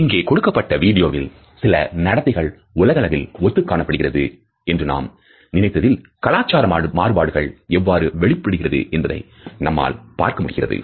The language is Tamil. இங்கே கொடுக்கப்பட்டுள்ள வீடியோவில் சில நடத்தைகள் உலகளவில் ஒத்து காணப்படுகிறது என்று நாம் நினைத்ததில் கலாச்சார மாறுபாடுகள் எவ்வாறு வெளிப்படுகிறது என்பதை நம்மால் பார்க்க முடிகிறது